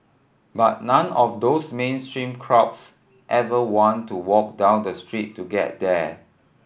but none of those mainstream crowds ever want to walk down the street to get there